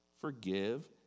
forgive